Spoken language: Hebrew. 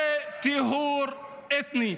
זה טיהור אתני.